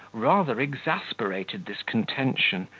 rather exasperated this contention,